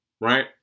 Right